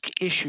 issue